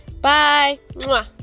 Bye